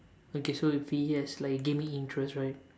okay so if he has like gaming interest right